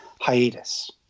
hiatus